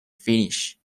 finnish